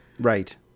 Right